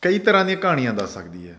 ਕਈ ਤਰ੍ਹਾਂ ਦੀਆਂ ਕਹਾਣੀਆਂ ਦੱਸ ਸਕਦੀ ਹੈ